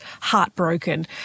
heartbroken